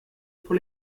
pour